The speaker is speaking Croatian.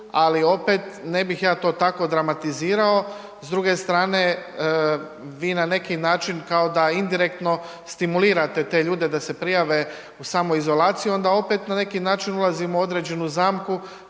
ali opet ne bih ja to tako dramatizirao. S druge strane vi na neki način kao da indirektno stimulirate te ljude da se prijave u samoizolaciju onda opet na neki način ulazimo u određenu zamku